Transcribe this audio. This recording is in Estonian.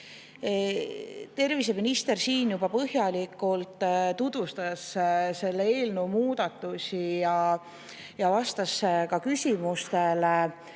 Terviseminister siin juba põhjalikult tutvustas selle eelnõu kohaseid muudatusi ja vastas küsimustele.